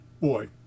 boy